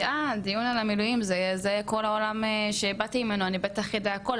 'אה דיון על המילואים זה כל העולם שבאתי ממנו ואני בטח אדע הכול',